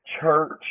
church